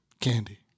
Candy